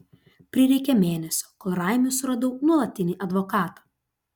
prireikė mėnesio kol raimiui suradau nuolatinį advokatą